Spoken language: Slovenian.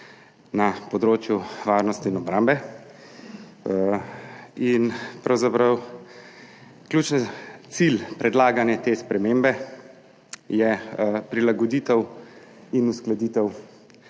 na področju varnosti in obrambe in pravzaprav ključen cilj te predlagane spremembe je prilagoditev in uskladitev